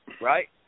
Right